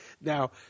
Now